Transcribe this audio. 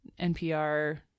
NPR